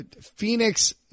Phoenix